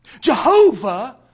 Jehovah